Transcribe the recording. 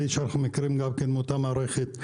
אנחנו מכירים גם כן מאותה מערכת.